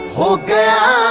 oh god.